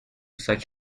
such